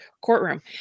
courtroom